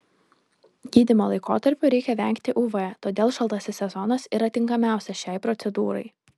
gydymo laikotarpiu reikia vengti uv todėl šaltasis sezonas yra tinkamiausias šiai procedūrai